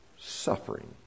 suffering